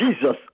Jesus